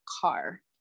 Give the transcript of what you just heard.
car